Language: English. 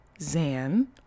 Zan